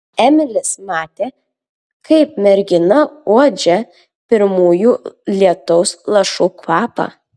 emilis matė kaip mergina uodžia pirmųjų lietaus lašų kvapą